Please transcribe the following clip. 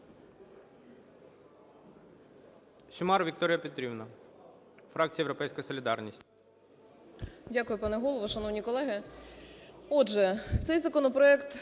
Сюмар Вікторія Петрівна, фракція "Європейська солідарність".